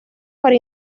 para